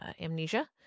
amnesia